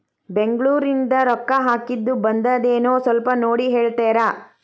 ಬೆಂಗ್ಳೂರಿಂದ ರೊಕ್ಕ ಹಾಕ್ಕಿದ್ದು ಬಂದದೇನೊ ಸ್ವಲ್ಪ ನೋಡಿ ಹೇಳ್ತೇರ?